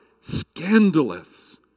scandalous